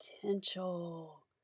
potential